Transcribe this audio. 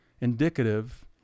indicative